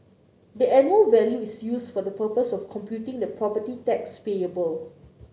the annual value is used for the purpose of computing the property tax payable